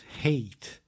hate